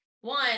one